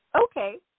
okay